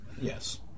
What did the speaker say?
yes